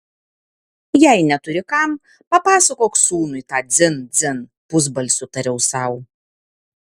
jei neturi kam papasakok sūnui tą dzin dzin pusbalsiu tariau sau